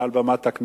מעל במת הכנסת: